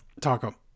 taco